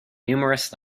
numerous